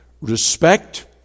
Respect